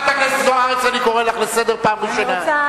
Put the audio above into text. אתה רוצה